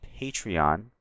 Patreon